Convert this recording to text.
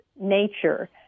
nature